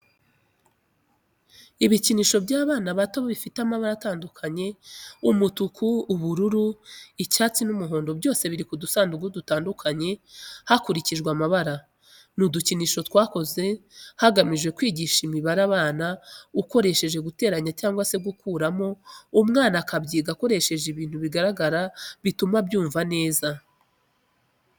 Ibikinisho by'abana bato bifite amabara atandukanye umutuku, ubururu, icyatsi n'umuhondo byose biri mu dusanduku dutandukanye hakurikije amabara. Ni udukinisho twakozwe hagamijwe kwigisha imibare ukoresheje guteranya cyangwa se gukuramo umwana akabyiga akoresheje ibintu bigaragara bituma abyumva neza.